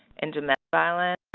and domestic violence. and